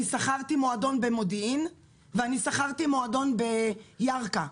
אני שכרתי מועדון במודיעין ואני שכרתי מועדון בירכא.